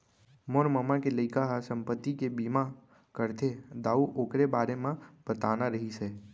मोर ममा के लइका ह संपत्ति के बीमा करथे दाऊ,, ओकरे बारे म बताना रहिस हे